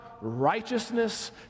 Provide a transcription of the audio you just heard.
righteousness